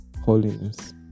holiness